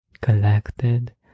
collected